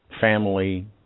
family